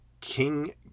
King